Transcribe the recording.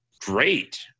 great